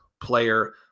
player